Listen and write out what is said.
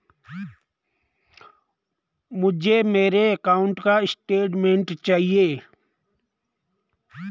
मुझे मेरे अकाउंट का स्टेटमेंट चाहिए?